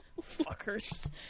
Fuckers